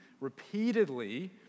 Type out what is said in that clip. repeatedly